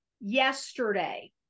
yesterday